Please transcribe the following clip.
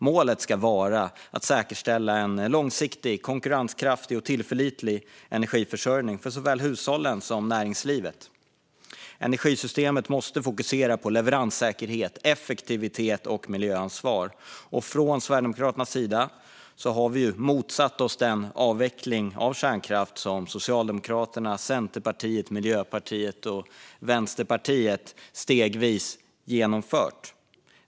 Målet ska vara att säkerställa en långsiktig, konkurrenskraftig och tillförlitlig energiförsörjning för såväl hushåll som näringsliv. Energisystemet måste fokusera på leveranssäkerhet, effektivitet och miljöansvar. Från Sverigedemokraternas sida har vi motsatt oss den avveckling av kärnkraften som Socialdemokraterna, Centerpartiet, Miljöpartiet och Vänsterpartiet stegvis har genomfört.